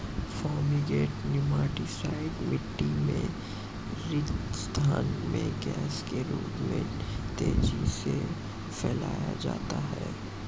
fumigant nematicide मिटटी में रिक्त स्थान में गैस के रूप में तेजी से फैलाया जाता है